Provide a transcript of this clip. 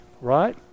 right